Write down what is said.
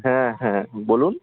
হ্যাঁ হ্যাঁ বলুন